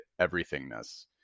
everythingness